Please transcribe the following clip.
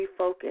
refocus